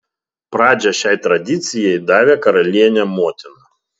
pradžią šiai tradicijai davė karalienė motina